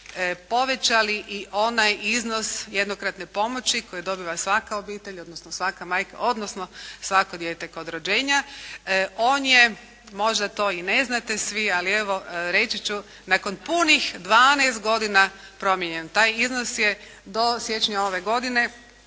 povećali i onaj iznos jednokratne pomoći koji dobiva svaka obitelj odnosno svaka majka odnosno svako dijete kod rođenja. On je možda to i ne znate svi ali evo, reći ću nakon punih 12 godina promijenjen. Taj iznos je do siječnja ove godine